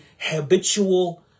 habitual